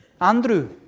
Andrew